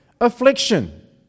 affliction